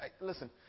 Listen